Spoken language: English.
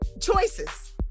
Choices